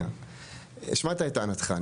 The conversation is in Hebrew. השמעת את טענתך.